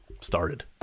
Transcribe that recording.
started